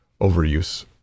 overuse